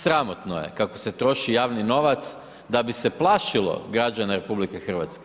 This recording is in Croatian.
Sramotno je kako se troši javni novac da bi se plašilo građane RH.